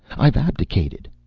i've abdicated.